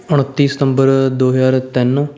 ਉਨੱਤੀ ਸਤੰਬਰ ਦੋ ਹਜ਼ਾਰ ਤਿੰਨ